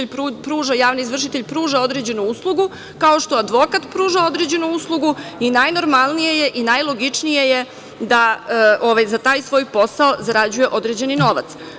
Javni izvršitelj pruža određenu uslugu, kao što advokat pruža određenu uslugu i najnormalnije je i najlogičnije je da za taj svoj posao zarađuje određeni novac.